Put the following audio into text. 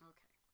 Okay